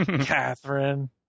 Catherine